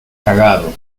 cagado